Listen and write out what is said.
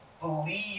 Believe